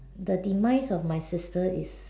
the demise of my sister is